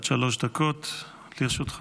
עד שלוש דקות לרשותך.